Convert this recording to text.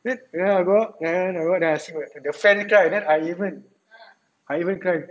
then ya I go then I go then I see my friend the friend cry then I even I even cry